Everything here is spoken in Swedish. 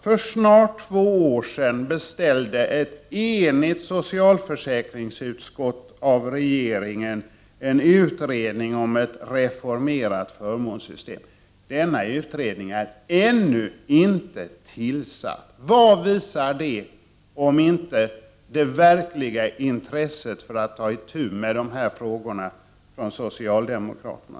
För snart två år sedan beställde ett enigt socialförsäkringsutskott av regeringen en utredning om ett reformerat förmånssystem. Denna utredning är ännu inte tillsatt. Vad visar det, om inte det verkliga intresset från socialdemokraternas sida för att ta itu med de här sakerna?